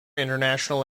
international